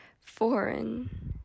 foreign